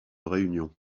réunion